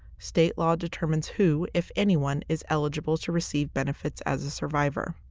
state law determines who, if anyone, is eligible to receive benefits as a survivor.